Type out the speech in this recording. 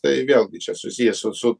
tai vėlgi čia susiję su su